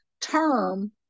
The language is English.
term